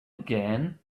again